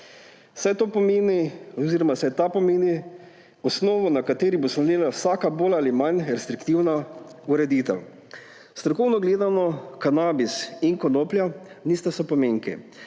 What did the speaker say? terminologije, saj ta pomeni osnovo, na kateri bo slonela vsaka bolj ali manj restriktivna ureditev. Strokovno gledano kanabis in konoplja nista sopomenki,